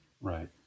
Right